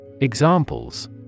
Examples